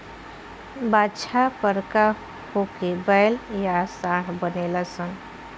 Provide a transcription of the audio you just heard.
बाछा बड़का होके बैल या सांड बनेलसन